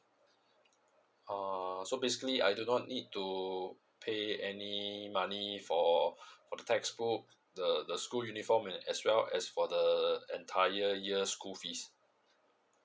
uh so basically I do not need to pay any money for text book the the school uniform as well as for the entire year school fees